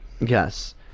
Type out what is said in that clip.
yes